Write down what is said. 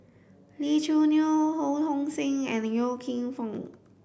Lee Choo Neo Ho Hong Sing and Yong Foong